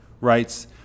writes